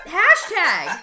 hashtag